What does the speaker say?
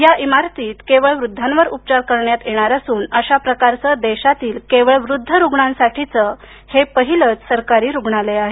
या इमारतीत केवळ वृद्धावर उपचार करण्यात येणार असून अशाप्रकारच देशातील केवळ वृद्ध रुग्णांसाठीच ही पहिलंच सरकारी रुग्णालय आहे